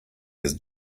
his